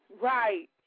right